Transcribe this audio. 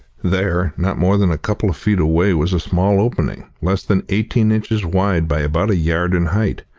there, not more than a couple of feet away, was a small opening, less than eighteen inches wide by about a yard in height.